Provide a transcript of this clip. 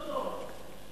לא נורא.